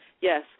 yes